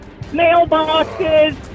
mailboxes